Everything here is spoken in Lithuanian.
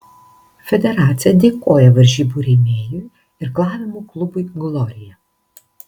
federacija dėkoja varžybų rėmėjui irklavimo klubui glorija